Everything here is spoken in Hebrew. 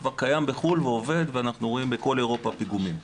שכבר קיים בחו"ל ועובד ואנחנו רואים בכל אירופה פיגומים.